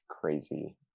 crazy